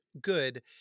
good